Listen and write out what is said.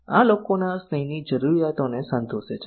આ લોકોના સ્નેહની જરૂરિયાતને સંતોષે છે